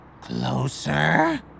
Closer